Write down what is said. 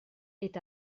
est